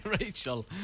Rachel